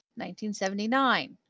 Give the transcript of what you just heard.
1979